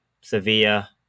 Sevilla